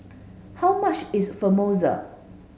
how much is Samosa